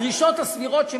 הדרישות הסבירות,